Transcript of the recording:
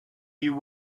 you